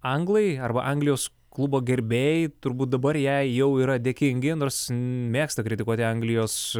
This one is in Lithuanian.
anglai arba anglijos klubo gerbėjai turbūt dabar jei jau yra dėkingi nors mėgsta kritikuoti anglijos